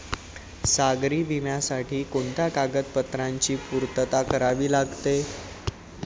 सागरी विम्यासाठी कोणत्या कागदपत्रांची पूर्तता करावी लागते?